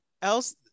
else